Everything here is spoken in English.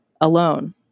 alone